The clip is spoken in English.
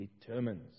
determines